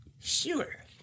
Sure